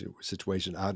situation